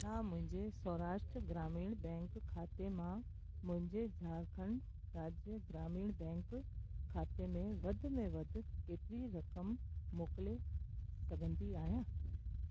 मां मुंहिंजे सौराष्ट्र ग्रामीण बैंक खाते मां मुंहिंजे झारखण्ड राज्य ग्रामीण बैंक खाते में वधि में वधि केतिरी रक़म मोकिले सघंदी आहियां